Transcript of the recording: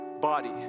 body